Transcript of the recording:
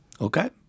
Okay